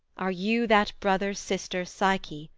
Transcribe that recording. are you that brother-sister psyche,